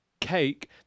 Cake